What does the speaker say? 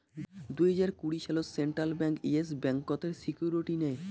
দুই হাজার কুড়ি সালত সেন্ট্রাল ব্যাঙ্ক ইয়েস ব্যাংকতের সিকিউরিটি নেয়